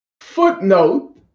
footnote